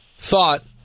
Thought